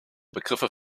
begriffe